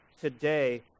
today